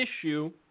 issue